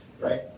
right